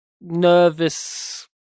nervous